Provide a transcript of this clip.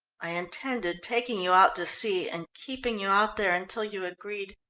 i intended taking you out to sea and keeping you out there until you agreed